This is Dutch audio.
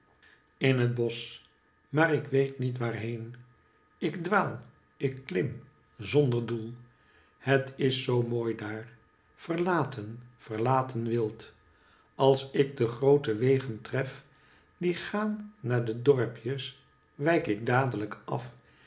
in het bosch maar ik weet niet waarheen ik dwaal ik klim zonder doel het is zoo mooi daar verlaten verlaten wild als ik de groote wegen tref die gaan naar de dorpjes wijk ik dadelijk af